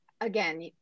again